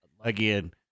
again –